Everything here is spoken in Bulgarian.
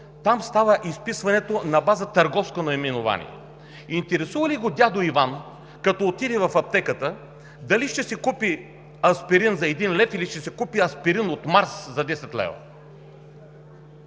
там изписването става на база търговското наименование. Интересува ли го дядо Иван, като отиде в аптеката, дали ще си купи аспирин за един лев, или ще си купи от Марс за 10 лв.?